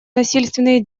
насильственные